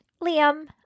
Liam